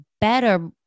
better